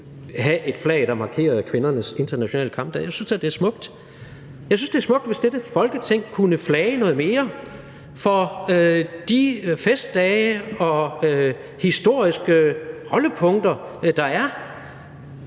med et flag, der markerede kvindernes internationale kampdag. Jeg synes da, det ville være smukt. Jeg synes, det ville være smukt, hvis dette Folketing kunne flage noget mere for de festdage og historiske holdepunkter, der er.